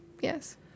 Yes